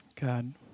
God